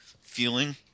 feeling